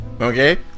Okay